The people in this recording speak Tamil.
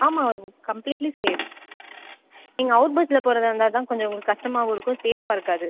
ஆமாம் கம்ப்ளீட்லி சேஃப் நீங்கள் அவுட் பஸ்சில் போகிறதா இருந்தால் தான் கொஞ்சம் உங்களுக்கு கஷ்டமாவும் இருக்கும் சேஃபாக இருக்காது